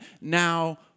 now